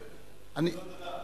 תודה.